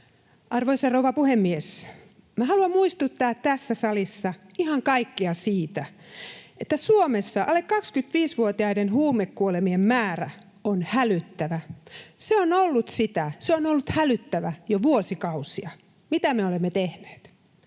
Arvoisa rouva puhemies! Haluan muistuttaa tässä salissa ihan kaikkia siitä, että Suomessa alle 25-vuotiaiden huumekuolemien määrä on hälyttävä. Se on ollut sitä, se on ollut hälyttävä, jo vuosikausia. Mitä me olemme tehneet?